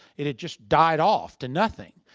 it it just died off to nothing.